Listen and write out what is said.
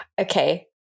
Okay